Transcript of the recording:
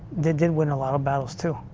they did win a lot of battles too.